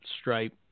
stripe